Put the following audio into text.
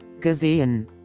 gesehen